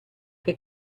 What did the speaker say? che